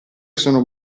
sono